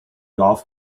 golf